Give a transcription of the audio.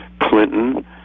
Clinton